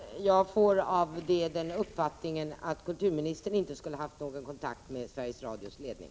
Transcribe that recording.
Fru talman! Jag får av detta uppfattningen att kulturministern inte skulle ha haft någon kontakt med Sveriges Radios ledning.